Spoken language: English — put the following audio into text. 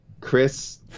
Chris